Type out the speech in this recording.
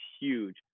huge